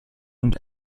und